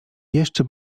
jeszcze